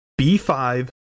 B5